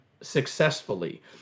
successfully